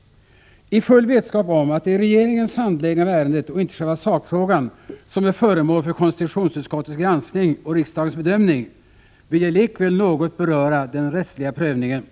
I full vetskap om att det är regeringens handläggning av ärendet och inte själva sakfrågan som är föremål för konstitutionsutskottets granskning och riksdagens bedömning, vill jag likväl något beröra den rättsliga prövningen. — Prot.